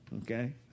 Okay